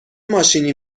ماشینی